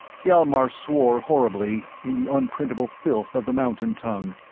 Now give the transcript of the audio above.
hjalmar swore horribly, in the unprintable filth of the mountain tongue,